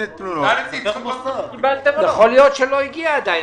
יכול להיות שזה עוד לא הגיע.